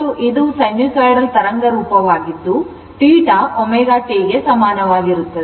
ಮತ್ತು ಇದು ಸೈನುಸೈಡಲ್ ತರಂಗರೂಪವಾಗಿದ್ದು ಮತ್ತು θ ω t ಗೆ ಸಮಾನವಾಗಿರುತ್ತದೆ